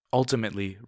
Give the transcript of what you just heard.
Ultimately